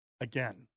Again